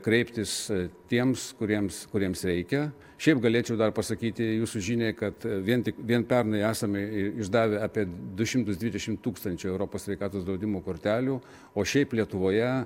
kreiptis tiems kuriems kuriems reikia šiaip galėčiau dar pasakyti jūsų žiniai kad vien tik vien pernai esame išdavę apie du šimtus dvidešimt tūkstančių europos sveikatos draudimo kortelių o šiaip lietuvoje